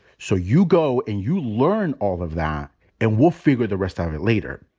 so you go and you learn all of that and we'll figure the rest out of it later.